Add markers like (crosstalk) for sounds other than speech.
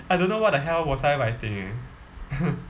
I don't know what the hell was I writing eh (laughs)